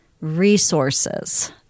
resources